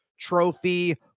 trophy